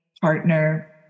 partner